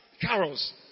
carols